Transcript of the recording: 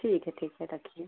ठीक है ठीक है रखिए